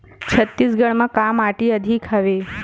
छत्तीसगढ़ म का माटी अधिक हवे?